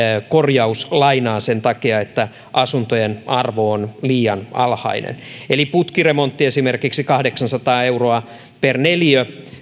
korjauslainaa sen takia että asuntojen arvo on liian alhainen eli esimerkiksi kahdeksansataa euroa per neliö